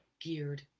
geared